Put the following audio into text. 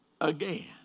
again